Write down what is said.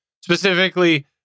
specifically